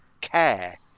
care